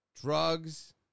Drugs